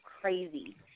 crazy